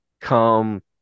Come